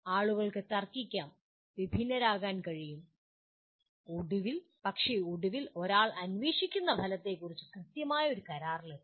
ആളുകൾക്ക് തർക്കിക്കാം വിഭിന്നരാകാൻ കഴിയും പക്ഷേ ഒടുവിൽ ഒരാൾ അന്വേഷിക്കുന്ന ഫലത്തെക്കുറിച്ച് കൃത്യമായി ഒരു കരാറിലെത്താം